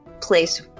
place